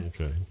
Okay